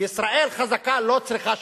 שישראל חזקה לא צריכה שלום.